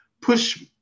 push